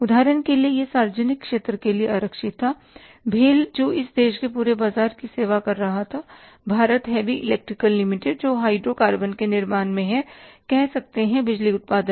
उदाहरण के लिए यह सार्वजनिक क्षेत्र के लिए आरक्षित था भेल BHEL जो इस देश के पूरे बाजार की सेवा कर रहा था भारत हैवी इलेक्ट्रिकल लिमिटेड जो हाइड्रो टर्बाइन के निर्माण में हैं कह सकते हैं बिजली उत्पादन में